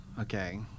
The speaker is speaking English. okay